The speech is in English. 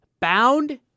bound